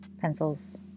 pencils